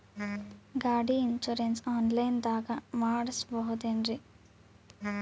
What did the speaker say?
ಗಾಡಿ insurance online ದಾಗ ಮಾಡಸ್ಬಹುದೆನ್ರಿ?